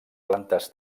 plantes